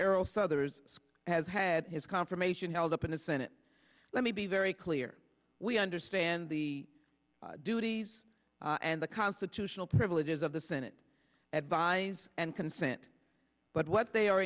erroll southers has had his confirmation held up in the senate let me be very clear we understand the duties and the constitutional privileges of the senate advise and consent but what they are